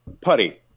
Putty